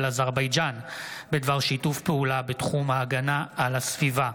אזרבייג'ן בדבר שיתוף פעולה בתחום ההגנה על הסביבה.